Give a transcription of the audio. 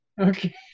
Okay